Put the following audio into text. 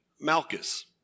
Malchus